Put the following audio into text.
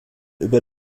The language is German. über